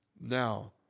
now